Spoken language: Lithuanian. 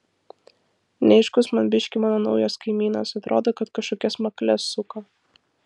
neaiškus man biškį mano naujas kaimynas atrodo kad kažkokias makles suka